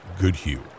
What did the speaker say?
Goodhue